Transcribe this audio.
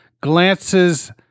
glances